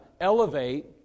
elevate